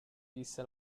disse